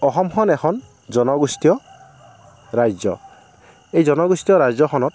অসমখন এখন জনগোষ্ঠীয় ৰাজ্য এই জনগোষ্ঠীয় ৰাজ্যখনত